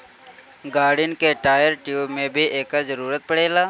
गाड़िन के tyre, tube में भी एकर जरूरत पड़ेला